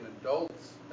adults